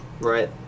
Right